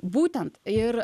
būtent ir